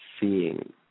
seeing